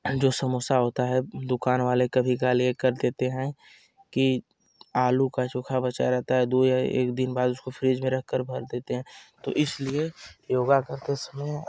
जो समोसा होता हे दुकान वाले कभी काल ये कर देते हेें की आलू का चोखा बचा रहता है दो या एक दिन बाद उसको फ्रीज में रखकर भर देते हेें तो इसलिए योग करते समय